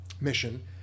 mission